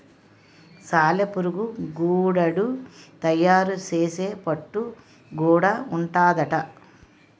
సాలెపురుగు గూడడు తయారు సేసే పట్టు గూడా ఉంటాదట